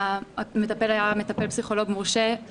המטפל היה פסיכולוג מורשה.